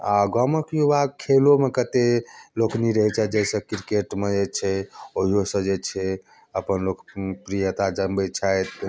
आ गामके युवा खेलो मे कते लोकनि रहै छथि जाहिसॅं क्रिकेट मे जे छै ओहियो सऽ जे छै अपन लोक प्रियता जमबै छथि